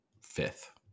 fifth